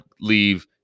leave